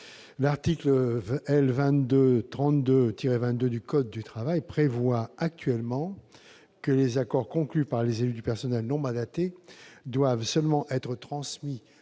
L'article L. 2232-22 du code du travail prévoit actuellement que les accords conclus par des élus du personnel non mandatés doivent seulement être transmis